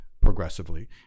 progressively